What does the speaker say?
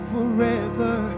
Forever